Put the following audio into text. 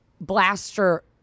blaster